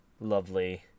Lovely